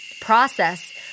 process